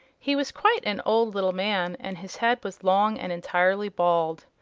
he was quite an old little man and his head was long and entirely bald.